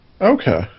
Okay